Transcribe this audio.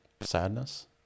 sadness